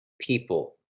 people